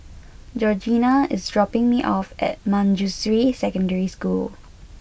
Georgeanna is dropping me off at Manjusri Secondary School